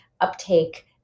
uptake